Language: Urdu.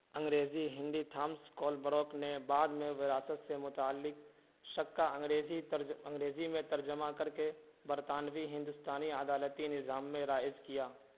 انگریز ہندی تھامس کولبروک نے بعد میں وراثت سے متعلق شق کا انگریزی طرز انگریزی میں ترجمہ کر کے برطانوی ہندوستانی عدالتی نظام میں رائج کیا